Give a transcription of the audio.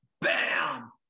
bam